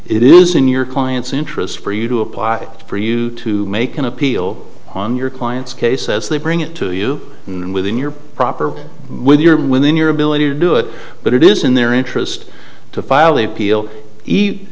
it is in your client's interest for you to apply for you to make an appeal on your client's case as they bring it to you and within your property with your within your ability to do it but it is in their interest to file the appeal eat